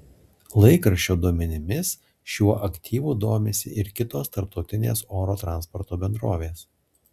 laikraščio duomenimis šiuo aktyvu domisi ir kitos tarptautinės oro transporto bendrovės